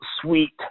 sweet